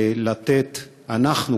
אנחנו,